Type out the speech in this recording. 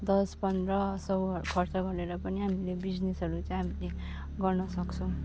दस पन्ध्र सय खर्च गरेर पनि हामीले बिजिनेसहरू चाहिँ हामीले गर्न सक्छौँ